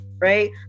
right